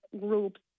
groups